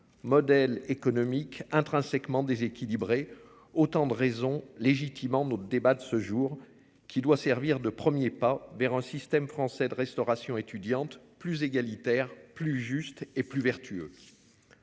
modèle économique intrinsèquement. Autant de raisons légitimes en au débat de ce jour qui doit servir de 1er pas vers un système français de restauration étudiante plus égalitaire, plus juste et plus vertueux.